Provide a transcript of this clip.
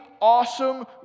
awesome